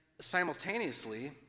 Simultaneously